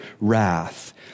wrath